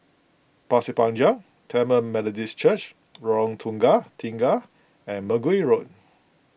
Pasir Panjang Tamil Methodist Church Lorong Tukang Tiga and Mergui Road